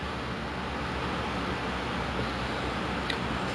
mel